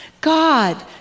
God